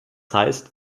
heißt